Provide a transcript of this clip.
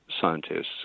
scientists